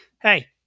hey